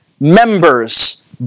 members